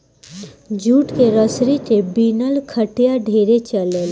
jute के रसरी के बिनल खटिया ढेरे चलेला